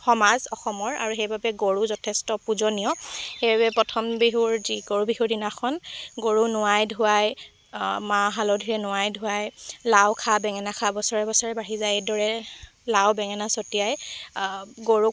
সমাজ অসমৰ আৰু সেইবাবে গৰু যথেষ্ট পূজনীয় সেইবাবে প্ৰথম বিহুৰ যি গৰু বিহুৰ দিনাখন গৰু নোৱাই ধোৱাই মাহ হালধিৰে নোৱাই ধোৱাই লাও খা বেঙেনা খা বছৰে বছৰে বাঢ়ি যা এইদৰে লাও বেঙেনা ছটিয়াই গৰুক